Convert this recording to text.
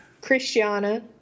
Christiana